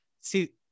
See